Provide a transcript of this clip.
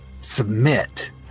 submit